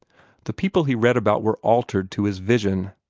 the people he read about were altered to his vision.